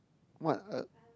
what uh